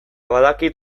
badakit